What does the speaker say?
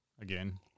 again